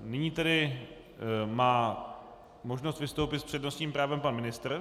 Nyní tedy má možnost vystoupit s přednostním právem pan ministr.